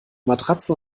matratze